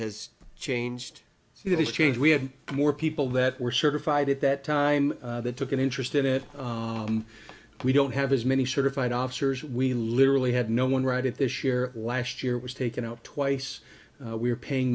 has changed it is changed we have more people that were certified at that time that took an interest in it we don't have as many certified officers we literally had no one right it this year last year was taken out twice we're paying